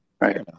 right